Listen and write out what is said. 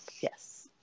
yes